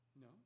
No